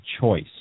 choice